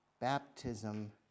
baptism